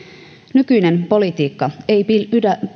nykyinen politiikka ei